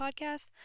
podcast